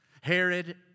Herod